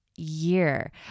Year